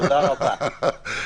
תודה רבה.